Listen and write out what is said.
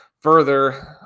further